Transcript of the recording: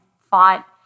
fought